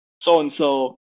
so-and-so